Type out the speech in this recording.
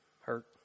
hurt